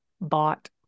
bought